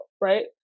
right